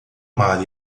mar